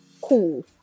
Cool